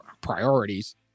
priorities